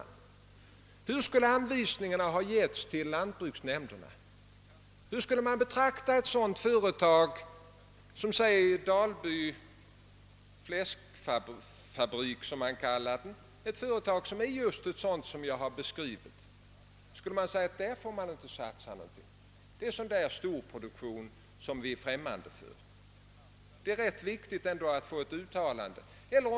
Hur skall anvisningarna till lantbruksnämnderna utformas? Hur skall man betrakta ett sådant företag som t.ex. Dalby fläskfabrik, ett företag av just den typ som jag har beskrivit? Skall man säga att där får staten inte satsa någonting, ty där är det fråga om storproduktion som vi är främmande för?